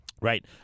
Right